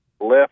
left